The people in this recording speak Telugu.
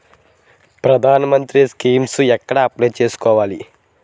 ప్రధాన మంత్రి స్కీమ్స్ ఎక్కడ అప్లయ్ చేసుకోవాలి?